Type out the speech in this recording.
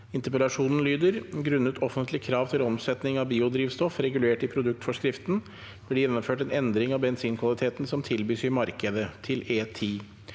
samferdselsministeren: «Grunnet offentlige krav til omsetning av biodriv- stoff regulert i produktforskriften blir det gjennomført en endring av bensinkvaliteten som tilbys i markedet, til E10.